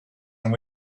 and